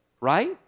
Right